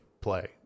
play